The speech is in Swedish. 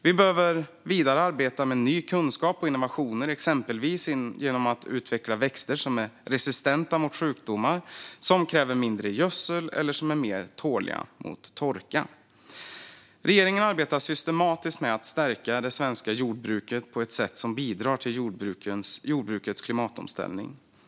Vi behöver vidare arbeta med ny kunskap och innovationer, exempelvis genom att utveckla växter som är resistenta mot sjukdomar, kräver mindre gödsel eller är mer tåliga mot torka. Regeringen arbetar systematiskt med att stärka det svenska jordbruket på ett sätt som bidrar till jordbrukets klimatomställning.